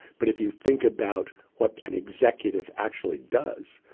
but if you think about what an executive actually does,